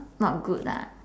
not good ah